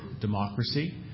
democracy